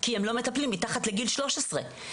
כי הם לא מטפלים מתחת לגיל שלוש עשרה.